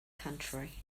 country